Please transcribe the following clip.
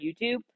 youtube